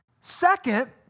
Second